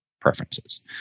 preferences